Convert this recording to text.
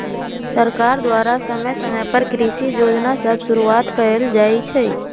सरकार द्वारा समय समय पर कृषि जोजना सभ शुरुआत कएल जाइ छइ